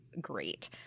great